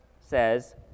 says